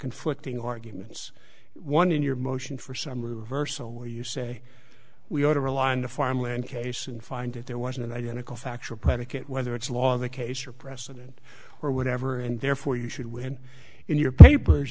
conflicting arguments one in your motion for some reversal where you say we ought to rely on the farmland case and find if there was an identical factual predicate whether it's law in the case or precedent or whatever and therefore you should win in your papers